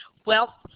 well,